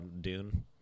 dune